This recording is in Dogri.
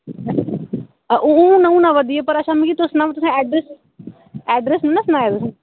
हां हून हून आवा दी ऐ पर अच्छा मिकी तुस सनाओ तुसें एड्रैस्स एड्रैस्स निं ना सनाया तुसें